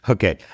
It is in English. Okay